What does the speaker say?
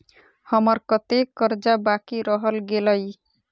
हम्मर कत्तेक कर्जा बाकी रहल गेलइ?